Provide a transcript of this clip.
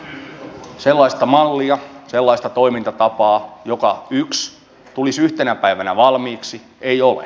ensiksi sellaista mallia sellaista toimintatapaa joka tulisi yhtenä päivänä valmiiksi ei ole